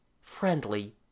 friendly